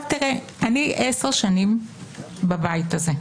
אני עשר שנים בבית הזה,